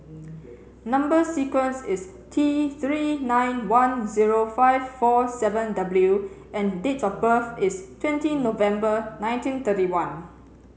number sequence is T three nine one zero five four seven W and date of birth is twenty November nineteen thirty one